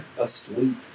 asleep